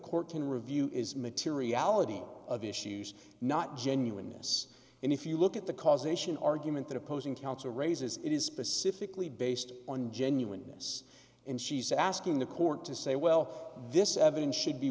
can review is materiality of issues not genuineness and if you look at the causation argument that opposing counsel raises it is specifically based on genuineness and she's asking the court to say well this evidence should be